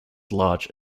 large